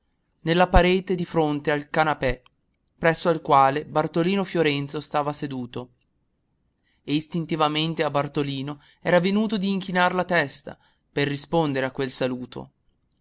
nella parete di fronte al canapè presso al quale bartolino fiorenzo stava seduto e istintivamente a bartolino era venuto di inchinar la testa per rispondere a quel saluto